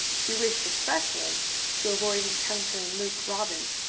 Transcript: he wished especially to avoid encountering luke robbins,